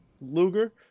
Luger